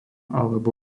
alebo